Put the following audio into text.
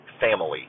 family